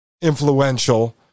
influential